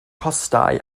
costau